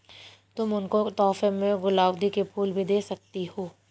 तुम उनको तोहफे में गुलाउदी के फूल भी दे सकती हो